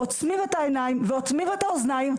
עוצמים את העיניים ועוצמים את האוזניים,